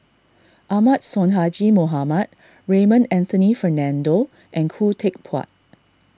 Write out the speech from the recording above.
Ahmad Sonhadji Mohamad Raymond Anthony Fernando and Khoo Teck Puat